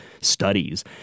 Studies